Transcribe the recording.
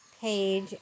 page